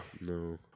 no